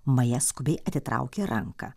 maja skubiai atitraukė ranką